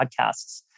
podcasts